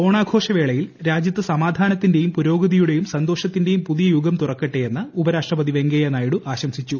ഓണാഘോഷ വേളയിൽ രാജ്യത്ത് സമാധാനത്തിന്റേയും പുരോഗതിയുടേയും സന്തോഷത്തിന്റെയും പുതിയ യുഗം തുറക്കട്ടെയെന്ന് ഉപരാഷ്ട്രപതി വെങ്കയ്യ നായിഡു ആശംസിച്ചു